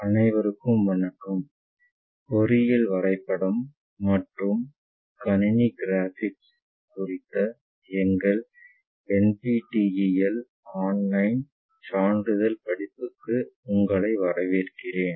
அனைவருக்கும் வணக்கம் பொறியியல் வரைபடம் மற்றும் கணினி கிராபிக்ஸ் குறித்த எங்கள் NPTEL ஆன்லைன் சான்றிதழ் படிப்புகளுக்கு உங்களை வரவேற்கிறேன்